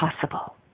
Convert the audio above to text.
possible